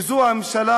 כי זו הממשלה,